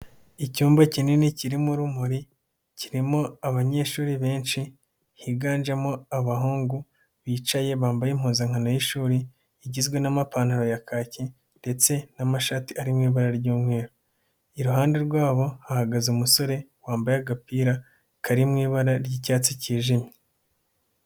Icyumba kinini kirimo urumuri, kirimo abanyeshuri benshi higanjemo abahungu bicaye bambaye impuzankano y'ishuri igizwe n'amapantaro ya kaki ndetse n'amashati arimo ibara ry'umweru, iruhande rwabo hahagaze umusore wambaye agapira kari mu ibara ry'icyatsi kijimye.